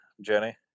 Jenny